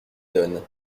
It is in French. donne